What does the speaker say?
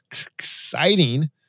exciting